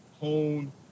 hone